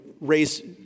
raise